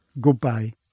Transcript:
Goodbye